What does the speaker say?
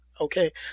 Okay